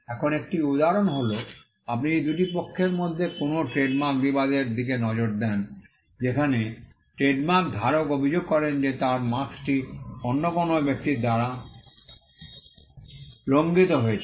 এখন একটি উদাহরণ হল আপনি যদি দুটি পক্ষের মধ্যে কোনও ট্রেডমার্ক বিবাদের দিকে নজর দেন যেখানে ট্রেডমার্ক ধারক অভিযোগ করেন যে তার মার্ক্স্ টি অন্য কোনও ব্যক্তির দ্বারা লঙ্ঘিত হয়েছে